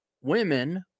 women